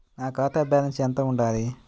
నా ఖాతా బ్యాలెన్స్ ఎంత ఉండాలి?